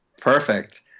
Perfect